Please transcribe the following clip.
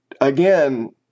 again